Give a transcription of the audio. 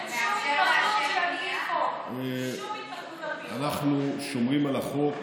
אין שום התנחלות שהיא על פי חוק,